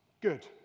Good